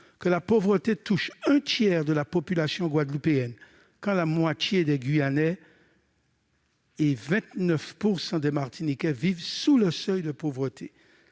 que la pauvreté touche un tiers de la population guadeloupéenne, quand la moitié des Guyanais et 29 % des Martiniquais vivent sous le seuil de pauvreté